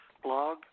blog